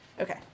Okay